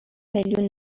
میلیون